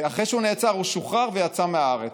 אחרי שהוא נעצר הוא שוחרר ויצא מהארץ.